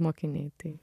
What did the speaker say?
mokiniai tai